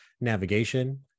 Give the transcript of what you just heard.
navigation